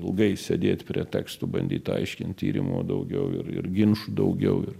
ilgai sėdėti prie tekstų bandyt aiškint tyrimų daugiau ir ir ginčų daugiau ir